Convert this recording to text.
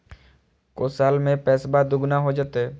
को साल में पैसबा दुगना हो जयते?